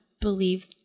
believe